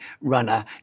runner